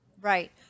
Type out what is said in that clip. Right